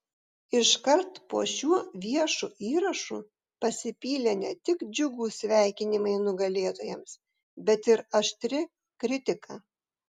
iškart po šiuo viešu įrašu pasipylė ne tik džiugūs sveikinimai nugalėtojams bet ir aštri kritika